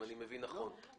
אם אני מבין נכון.